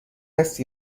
است